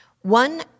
one